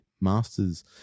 Masters